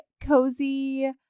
cozy